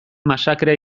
masakrea